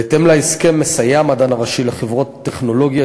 בהתאם להסכם מסייע המדען הראשי לחברות טכנולוגיה